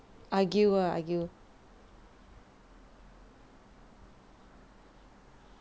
argue ah argue